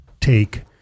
take